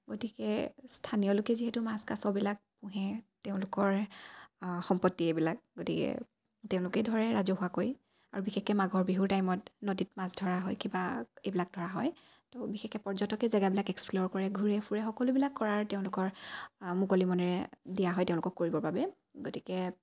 গতিকে স্থানীয়লোকে যিহেতু মাছ কাছবিলাক পুহে তেওঁলোকৰ সম্পত্তি এইবিলাক গতিকে তেওঁলোকেই ধৰে ৰাজহুৱাকৈ আৰু বিশেষকৈ মাঘৰ বিহুৰ টাইমত নদীত মাছ ধৰা হয় কিবা এইবিলাক ধৰা হয় ত' বিশেষকৈ পৰ্যটকে জেগাবিলাক এক্সপ্ল'ৰ কৰে ঘূৰে ফুৰে সকলোবিলাক কৰাৰ তেওঁলোকৰ মুকলি মনেৰে দিয়া হয় তেওঁলোকক কৰিবৰ বাবে গতিকে